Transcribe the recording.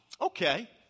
okay